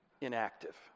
inactive